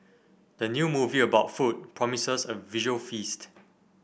the new movie about food promises a visual feast